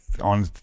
on